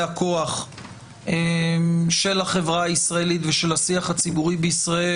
הכוח של החברה הישראלית ושל השיח הציבורי בישראל.